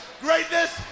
greatness